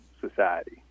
society